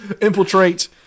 Infiltrate